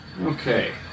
Okay